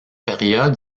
période